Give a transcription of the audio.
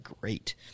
great